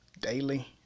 daily